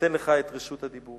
ואתן לך את רשות הדיבור.